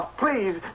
Please